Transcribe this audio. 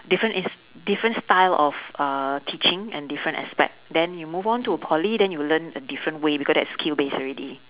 different is different style of uh teaching and different aspect then you move on to a poly then you will learn a different way because that is skill based already